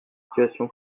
situation